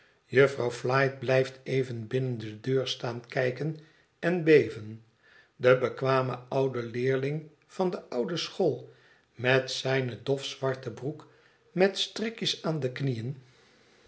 jufvrouw elite blijft even binnen de deur staan kijken en beven de bekwame oude leerling van de oude school met zijne dof zwarte broek met strikjes aan de knieën